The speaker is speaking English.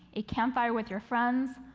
a campfire with your friends,